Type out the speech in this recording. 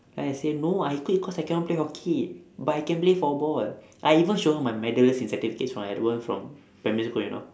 then I say no I quit cause I cannot play hockey but I can play floorball I even show her my medals and certificates from my old one from primary school you know